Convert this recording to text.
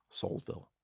Soulsville